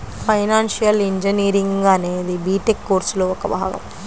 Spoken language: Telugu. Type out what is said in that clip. ఫైనాన్షియల్ ఇంజనీరింగ్ అనేది బిటెక్ కోర్సులో ఒక భాగం